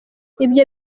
ibyo